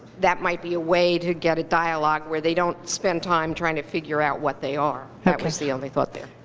that might be a way to get a dialogue where they don't spend time trying to figure out what they are. that was the only thought there.